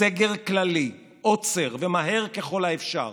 סגר כללי, עוצר ומהר ככל האפשר.